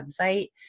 website